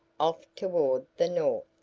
off toward the north.